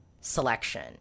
selection